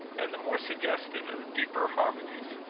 and the more suggestive of deeper harmonies.